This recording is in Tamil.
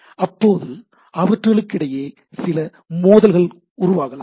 அப்பொழுது அவற்றுக்கிடையே சில மோதல்கள் உருவாகலாம்